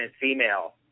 female